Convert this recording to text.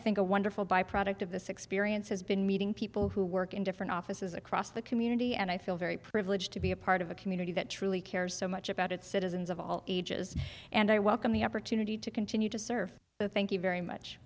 think a wonderful byproduct of this experience has been meeting people who work in different offices across the community and i feel very privileged to be a part of a community that truly cares so much about its citizens of all ages and i welcome the opportunity to continue to serve the thank you very much